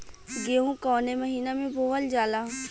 गेहूँ कवने महीना में बोवल जाला?